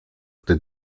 gdy